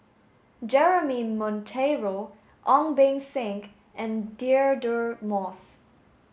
Jeremy Monteiro Ong Beng Seng and Deirdre Moss